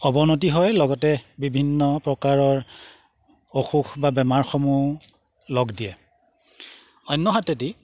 অৱনতি হয় লগতে বিভিন্ন প্ৰকাৰৰ অসুখ বা বেমাৰসমূহ লগ দিয়ে অন্য হাতেদি